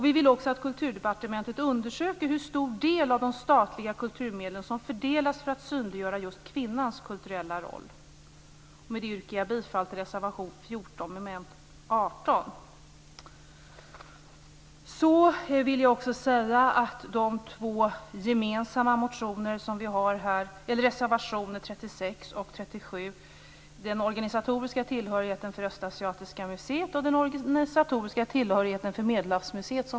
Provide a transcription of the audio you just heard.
Vi vill också att Kulturdepartementet undersöker hur stor del av de statliga kulturmedlen som fördelas för att synliggöra just kvinnans kulturella roll. Med detta yrkar jag bifall till reservation 14 Det finns två gemensamma reservationer, nr 36 Östasiatiska museet och den organisatoriska tillhörigheten för Medelhavsmuseet.